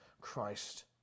Christ